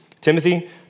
Timothy